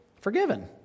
forgiven